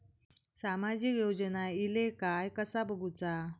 सामाजिक योजना इले काय कसा बघुचा?